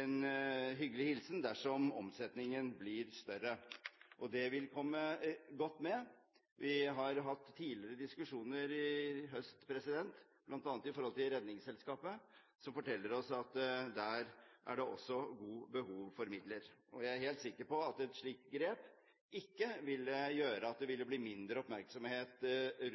en hyggelig hilsen dersom omsetningen blir større. Det vil komme godt med. Vi har tidligere i høst hatt diskusjoner bl.a. om Redningsselskapet, som forteller oss at der er det også behov for midler. Jeg er helt sikker på at et slikt grep ikke ville gjøre at det ville bli mindre oppmerksomhet